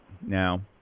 Now